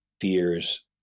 fears